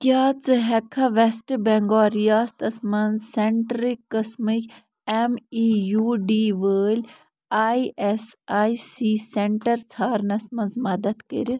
کیٛاہ ژٕ ہٮ۪ککھا وٮ۪سٹ بنٛگال رِیاستس مَنٛز سٮ۪نٛٹَرٕکۍ قٕسمٕکۍ اٮ۪م ای یوٗ ڈی وٲلۍ I S I C centre ژھارنَس مَنٛز مدتھ کٔرِتھ